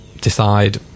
decide